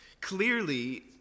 Clearly